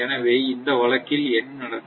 எனவே அந்த வழக்கில் என்ன நடக்கும்